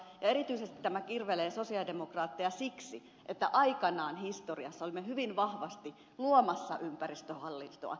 erityisesti tämä kirvelee sosialidemokraatteja siksi että aikanaan historiassa olimme hyvin vahvasti luomassa ympäristöhallintoa